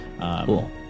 Cool